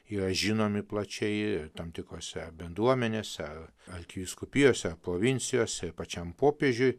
yra žinomi plačiai tam tikrose bendruomenėse arkivyskupijose provincijose pačiam popiežiui